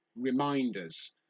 reminders